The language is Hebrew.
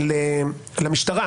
ויגיד למשטרה: